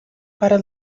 para